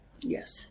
Yes